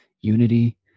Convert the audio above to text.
unity